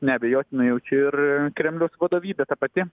neabejotinai jaučia ir kremliaus vadovybė ta pati